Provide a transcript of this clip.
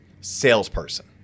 salesperson